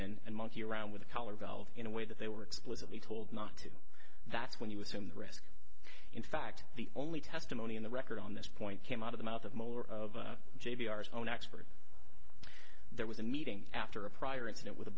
in and monkey around with a collar valve in a way that they were explicitly told not to that's when you assume the risk in fact the only testimony in the record on this point came out of the mouth of molar of j b our own expert there was a meeting after a prior incident with a